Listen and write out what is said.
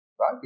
right